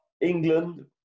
England